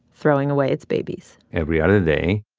throwing away its babies every other day